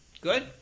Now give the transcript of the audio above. Good